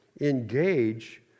engage